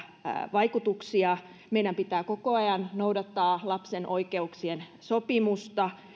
vaikutuksia meidän pitää koko ajan noudattaa lapsen oikeuksien sopimusta